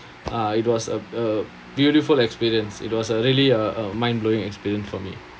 uh it was a a beautiful experience it was a really a a mind blowing experience for me